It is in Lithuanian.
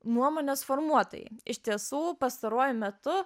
nuomonės formuotojai iš tiesų pastaruoju metu